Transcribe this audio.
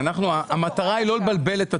אנחנו המטרה היא לא לבלבל את הציבור.